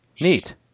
Neat